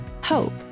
hope